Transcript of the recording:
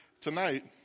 tonight